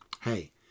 Hey